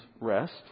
rest